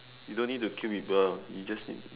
you don't need to kill people you just need